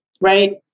Right